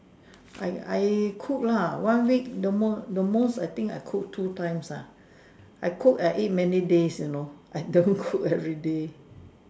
I I cook lah one week the most I think I cook two times ah I cook ate many days you know I don't cook everyday